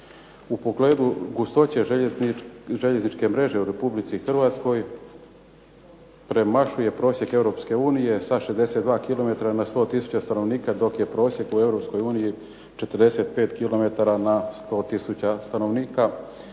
U pogledu gustoće željezničke mreže u RH premašuje prosjek EU sa 62 km na 100 tisuća stanovnika, dok je prosjek u EU 45 km na 100 tisuća stanovnika.